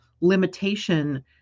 limitation